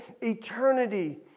eternity